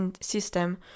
system